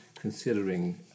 considering